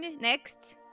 next